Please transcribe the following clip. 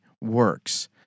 works